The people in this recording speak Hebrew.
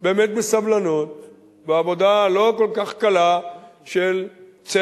באמת בסבלנות ועבודה לא כל כך קלה של צוות,